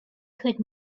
could